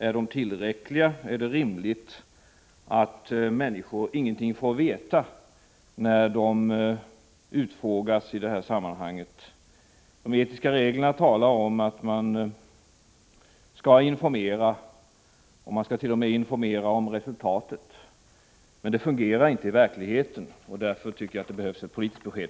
Är de tillräckliga? Är det rimligt att människor ingenting får veta när de utfrågas i det här sammanhanget? De etiska reglerna talar om att man skall informera, och att man t.o.m. skall informera om resultatet. Men det fungerar inte i verkligheten, och därför tycker jag att det behövs ett politiskt besked.